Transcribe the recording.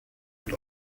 mit